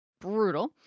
brutal